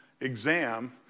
exam